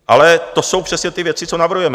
Ale to jsou přesně ty věci, co navrhujeme.